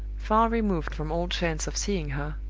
far removed from all chance of seeing her,